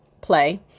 play